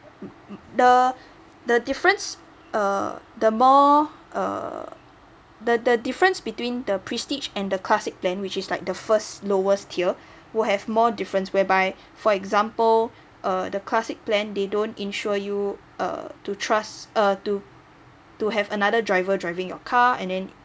mm mm the the difference uh the more err the the difference between the prestige and the classic plan which is like the first lowest tier will have more difference whereby for example uh the classic plan they don't insure you uh to trust uh to to have another driver driving your car and then